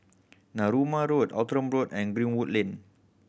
Narooma Road Outram Road and Greenwood Lane